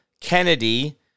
Kennedy